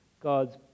God's